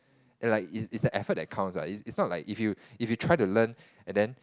and like is is the effort that counts lah is is not like if you if you try to learn and then